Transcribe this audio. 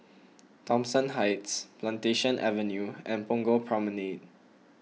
Thomson Heights Plantation Avenue and Punggol Promenade